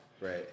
Right